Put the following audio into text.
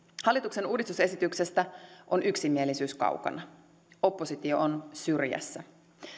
hallituksen uudistusesityksestä on yksimielisyys kaukana oppositio on syrjässä